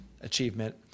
achievement